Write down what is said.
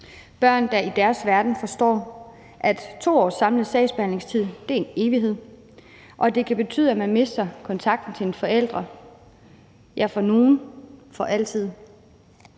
børn, der i deres verden forstår, at 2 års samlet sagsbehandlingstid er en evighed, og at det kan betyde, at man mister kontakten til en forælder, for nogles